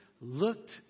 looked